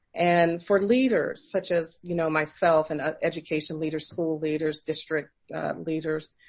and for leaders such as, you know, myself and education leaders, school leaders, district leaders.